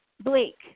Bleak